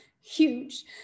huge